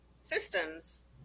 systems